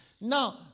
Now